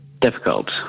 difficult